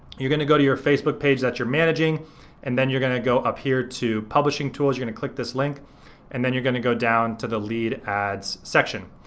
you're gonna go to your facebook page that you're managing and then you're gonna up here to publishing tools, you're gonna click this link and then you're gonna go down to the lead ads section.